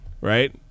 Right